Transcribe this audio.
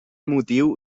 motiu